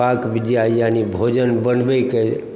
पाक विद्या यानि भोजन बनबैके